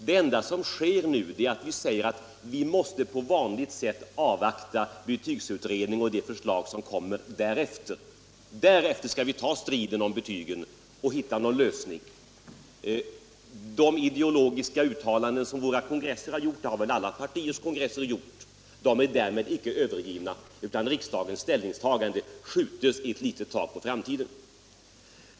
Det som nu sker är att vi säger att vi på vanligt sätt måste avvakta betygsutredningen och de förslag som kommer att läggas fram därefter. Sedan kan det bli strid om betygen och försöken att finna en lösning. De ideologiska uttalanden som våra kongresser gjort — alla partiers kongresser har väl antagit sådana uttalanden — är därmed icke övergivna.